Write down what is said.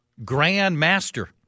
grandmaster